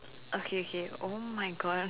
okay okay !oh-my-God!